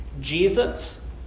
Jesus